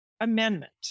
amendment